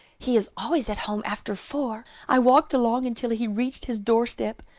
he is always at home after four. i walked along until he reached his door step.